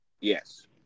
Yes